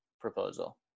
proposal